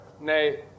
nay